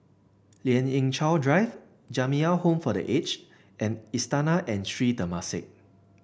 Lien Ying Chow Drive Jamiyah Home for The Aged and Istana and Sri Temasek